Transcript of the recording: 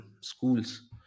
schools